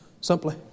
simply